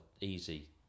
easy